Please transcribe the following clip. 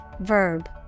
verb